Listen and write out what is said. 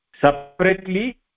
separately